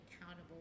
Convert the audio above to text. accountable